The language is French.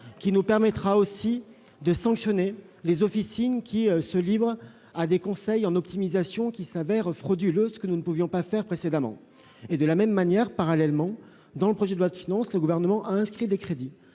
Elle nous permettra aussi de sanctionner les officines se livrant à des conseils en optimisations qui se révèlent frauduleuses, ce que nous ne pouvions pas faire précédemment. De la même manière, parallèlement, dans le projet de loi de finances, le Gouvernement a inscrit des crédits